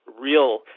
real